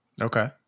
Okay